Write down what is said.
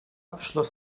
beschloss